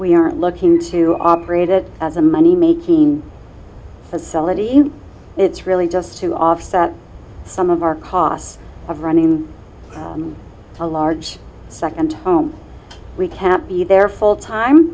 we aren't looking to operate it as a money making facility it's really just to offset some of our costs of running a large second home we kept me there full time